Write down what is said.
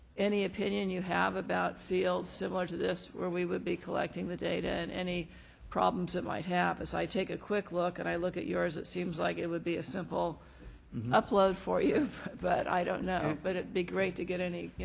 any opinion you have about fields similar to this where we would be collecting the data and any problems it might have. as i take a quick look and i look at yours, it seems like it would be a simple upload for you, but i don't know, but it would be great to any you